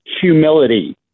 humility